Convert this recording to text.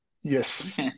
Yes